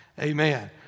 Amen